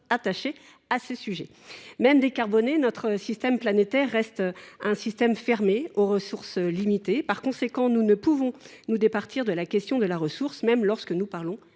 des véhicules. Même décarboné, notre système planétaire resterait un système fermé, aux ressources limitées. Par conséquent, nous ne pouvons pas nous départir de la question de la ressource, même lorsque nous parlons